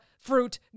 fruit